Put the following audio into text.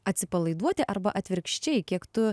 atsipalaiduoti arba atvirkščiai kiek tu